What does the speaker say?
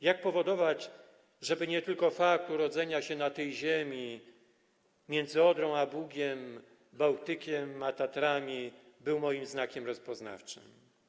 Jak powodować, żeby nie tylko fakt urodzenia się na tej ziemi między Odrą a Bugiem, między Bałtykiem a Tatrami był moim znakiem rozpoznawczym?